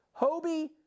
Hobie